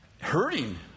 hurting